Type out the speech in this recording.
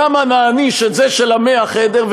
למה נעניש את זה של ה-100 חדרים,